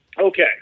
Okay